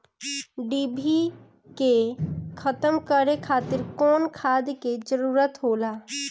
डिभी के खत्म करे खातीर कउन खाद के जरूरत होला?